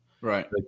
Right